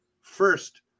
first